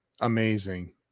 amazing